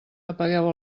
apagueu